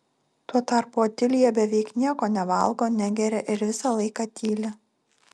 tuo tarpu otilija beveik nieko nevalgo negeria ir visą laiką tyli